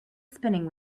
spinning